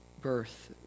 birth